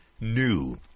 new